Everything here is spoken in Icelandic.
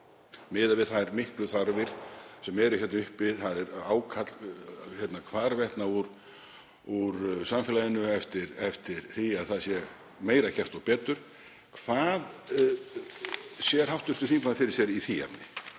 miðað við þær miklu þarfir sem hér eru uppi? Það er ákall hvarvetna úr samfélaginu eftir því að það sé meira gert og betur. Hvað sér hv. þingmaður fyrir sér í því efni?